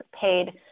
paid